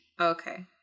okay